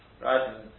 right